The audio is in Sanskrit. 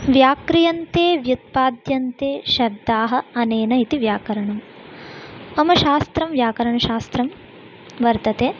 व्याक्रियन्ते व्युत्पाद्यन्ते शब्दाः अनेन इति व्याकरणं मम शास्त्रं व्याकरणशास्त्रं वर्तते